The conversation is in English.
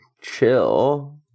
Chill